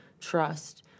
trust